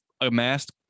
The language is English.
amassed